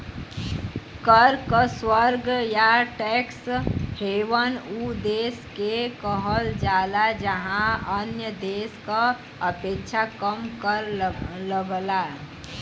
कर क स्वर्ग या टैक्स हेवन उ देश के कहल जाला जहाँ अन्य देश क अपेक्षा कम कर लगला